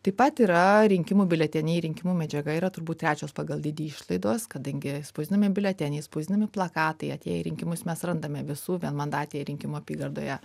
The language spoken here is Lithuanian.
taip pat yra rinkimų biuleteniai rinkimų medžiaga yra turbūt trečios pagal dydį išlaidos kadangi spausdinami biuleteniai spausdinami plakatai atėję į rinkimus mes randame visų vienmandatėj rinkimų apygardoje